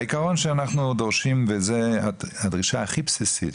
העקרון שאנחנו דורשים וזו הדרישה הכי בסיסית,